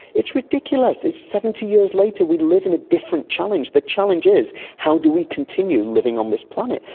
it's ridiculous. it's seventy years later, we live in a different challenge. the challenge is how do we continue living on this planet?